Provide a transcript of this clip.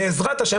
בעזרת-השם,